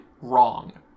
wrong